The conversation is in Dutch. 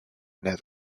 net